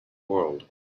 world